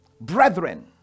brethren